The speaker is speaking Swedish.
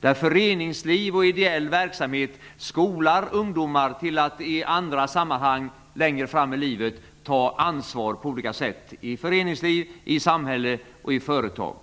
där föreningsliv och ideell verksamhet skolar ungdomar till att i andra sammanhang, längre fram i livet, ta ansvar på olika sätt, i föreningsliv, i samhälle och i företag.